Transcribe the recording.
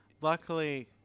Luckily